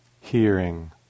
hearing